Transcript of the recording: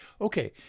Okay